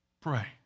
pray